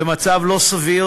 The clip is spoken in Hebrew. זה מצב לא סביר,